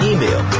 Email